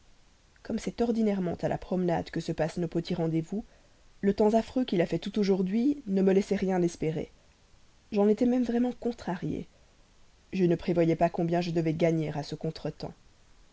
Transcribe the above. comme c'est ordinairement à la promenade que se passent nos petits rendez-vous le temps affreux qu'il a fait tout aujourd'hui ne m'en laissait pas espérer j'en étais même vraiment contrarié je ne prévoyais pas combien je devais gagner à ce contre-temps